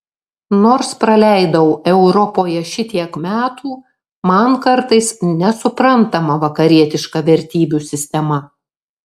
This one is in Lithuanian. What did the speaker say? nors praleidau europoje šitiek metų man kartais nesuprantama vakarietiška vertybių sistema